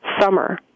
summer